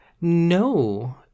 No